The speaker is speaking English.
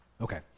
Okay